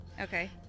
Okay